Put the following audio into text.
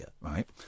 right